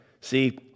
See